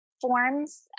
forms